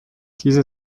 diese